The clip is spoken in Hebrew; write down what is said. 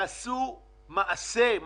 תעשו מעשה.